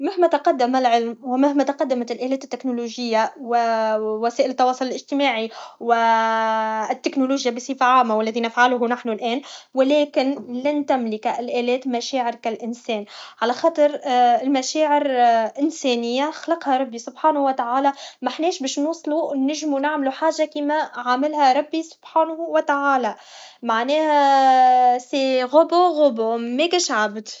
مهما تقدم العلم و مهما تقدمت الالات التكنولوجيه وا وسائل التواصل الاجتماعي و التكنولوجيا بصفه عامه و الذي نفعله نحن الان و لكن لن تملك الالات مشاعر كالانسان على خاطر المشاعر انسانيه خلقها ربي سبحانه و تعالى محناش باش نوصلو نجمو نعملو حاجه كيما عاملها ربي سبحانه و تعالى معناها سي غوبو غوبو ماكش عبد